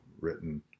written